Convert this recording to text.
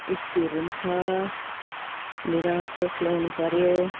इस्त्रीहरू छ लुगामा प्रेस लगाउनु पर्यो